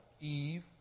Eve